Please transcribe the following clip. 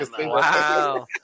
Wow